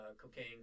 cocaine